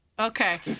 Okay